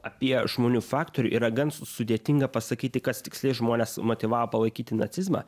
apie žmonių faktorių yra gan sudėtinga pasakyti kas tiksliai žmonės motyvavo palaikyti nacizmą